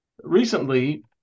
Recently